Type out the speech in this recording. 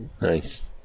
Nice